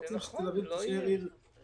אנחנו רוצים שתל אביב תישאר עיר נורמלית.